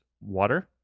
water